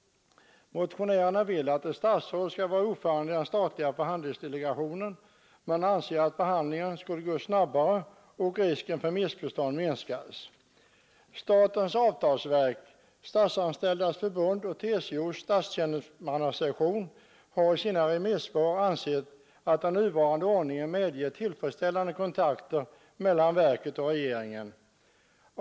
Motionärerna vill att ett statsråd skall vara ordförande i den statliga förhandlingsdelegationen. Man anser att förhandlingarna därigenom skulle gå snabbare och risken för missförstånd minskas. Statens avtalsverk, Statsanställdas förbund och TCO:s statstjänstemannasektion har i sina remissvar ansett att den nuvarande ordningen medger tillfredsställande kontakter mellan verket och regeringen.